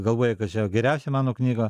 galvoja kad čia geriausia mano knygų